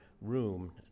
Room